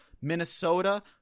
minnesota